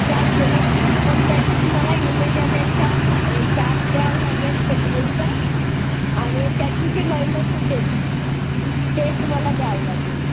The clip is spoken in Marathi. चालते ना पण त्याचा तुम्हाला येण्याजाण्याचा खा चार्ज द्यावं लागेल पेट्रोलचं आणि त्याची जी मेहनत होते ते तुम्हाला द्यावं लागेल